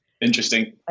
Interesting